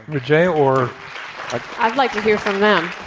rajaie or i'd like to hear from